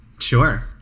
sure